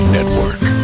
Network